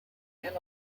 and